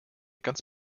ganz